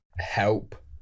help